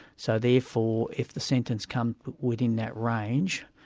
so therefore if the sentence comes within that range,